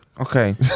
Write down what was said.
Okay